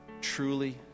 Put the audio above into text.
truly